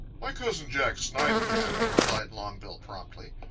my cousin, jack snipe, can, replied longbill promptly.